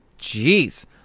jeez